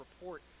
report